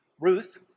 Ruth